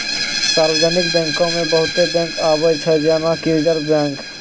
सार्वजानिक बैंको मे बहुते बैंक आबै छै जेना कि रिजर्व बैंक